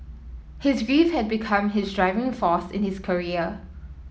his grief had become his driving force in his career